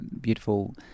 beautiful